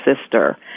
sister